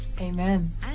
amen